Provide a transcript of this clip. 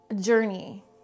journey